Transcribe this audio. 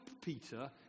Peter